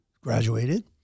graduated